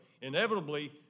Inevitably